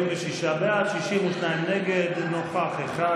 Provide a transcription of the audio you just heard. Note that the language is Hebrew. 46 בעד, 62 נגד, נוכח אחד.